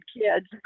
kids